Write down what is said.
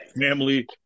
Family